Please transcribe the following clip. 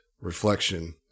reflection